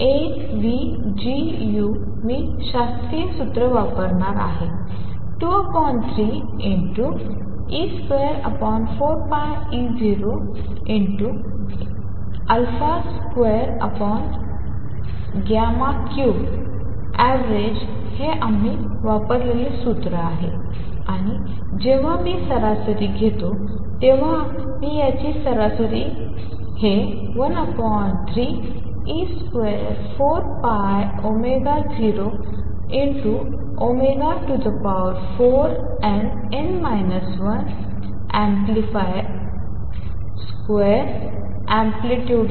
dEnn 1dtavg मी शास्त्रीय सूत्र वापरणार आहे 23e24π0a2c3avg हे आम्ही वापरलेले सूत्र आहे आणि जेव्हा मी सरासरी घेतो तेव्हा मी याची सरासरी घेतो हे 13e24π0nn 14Ampl2c3